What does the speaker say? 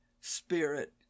spirit